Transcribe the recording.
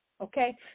Okay